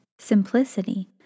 Simplicity